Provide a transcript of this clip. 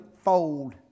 fold